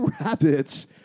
rabbits